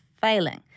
failing